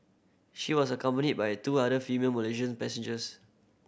she was accompanied by two other female Malaysians passengers